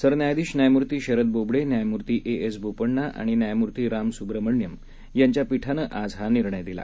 सरन्यायाधीश न्यायमूर्ती शरद बोबडे न्यायमूर्ती ए एस बोपन्ना आणि न्यायमूर्ती राम सुब्रमण्यन यांच्या पीठानं आज हा निर्णय दिला